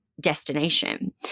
destination